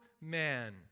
man